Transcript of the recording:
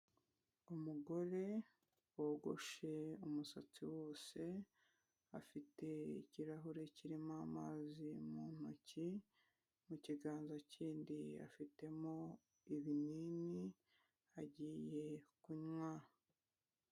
Umugore wogoshe umusatsi wose, afite ikirahure kirimo amazi mu ntoki, mu kiganza kindi afitemo ibinini agiye kunywa.